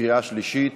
בקריאה שלישית.